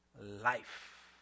life